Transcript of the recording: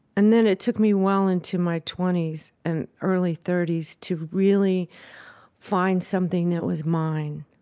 and then it took me well into my twenty s and early thirty s to really find something that was mine.